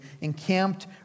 encamped